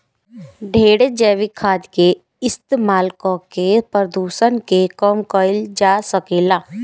ढेरे जैविक खाद के इस्तमाल करके प्रदुषण के कम कईल जा सकेला